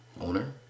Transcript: owner